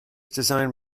designed